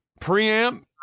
preamp